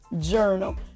Journal